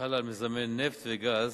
החלה על מיזמי נפט וגז,